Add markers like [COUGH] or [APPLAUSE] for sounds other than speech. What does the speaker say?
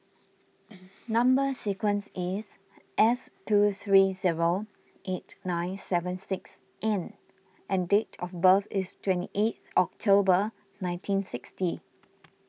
[NOISE] Number Sequence is S two three zero eight nine seven six N and date of birth is twenty eight October nineteen sixty